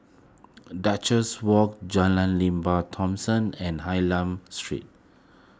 Duchess Walk Jalan Lembah Thomson and Hylam Street